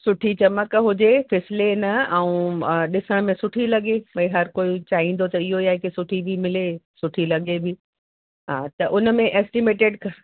सुठी चमक हुजे फिसले न ऐं ॾिसण में सुठी लॻे भई हर कोई चाहींदो त इहो ई आहे की सुठी बि मिले सुठी लॻे बि हा त उन में एस्टिमेटिड